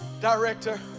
director